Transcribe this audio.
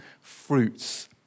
fruits